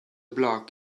block